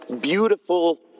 beautiful